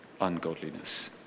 ungodliness